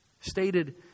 Stated